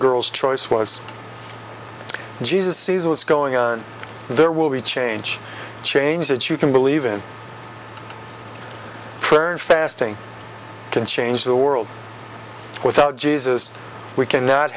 girl's choice was jesus sees what's going on there will be change change that you can believe in prayer and fasting can change the world without jesus we can not